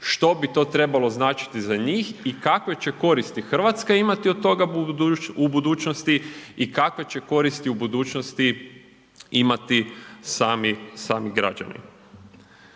što bi to trebalo značiti za njih i kakve će koristi Hrvatska imati od toga u budućnosti i kakve će koristi u budućnosti imati sami građani.